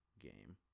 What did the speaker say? game